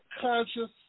conscious